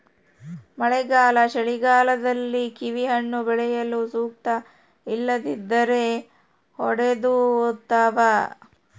ಮಳೆಗಾಲ ಚಳಿಗಾಲದಲ್ಲಿ ಕಿವಿಹಣ್ಣು ಬೆಳೆಯಲು ಸೂಕ್ತ ಇಲ್ಲದಿದ್ದರೆ ಒಡೆದುಹೋತವ